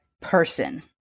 person